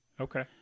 Okay